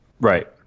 Right